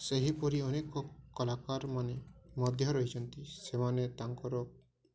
ସେହିପରି ଅନେକ କଳାକାରମାନେ ମଧ୍ୟ ରହିଛନ୍ତି ସେମାନେ ତାଙ୍କର